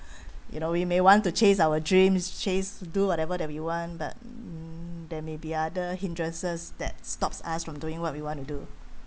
you know you may want to chase our dreams chase do whatever that we want but mm there may be other hindrances that stop us from doing what we want to do